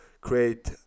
create